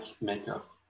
makeup